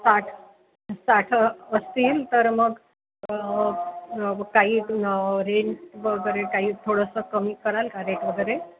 साठ साठ असतील तर मग काही रेंट वगैरे काही थोडंसं कमी कराल का रेट वगैरे